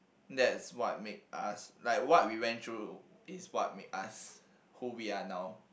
that's what made us like what we went through is what made us who we are now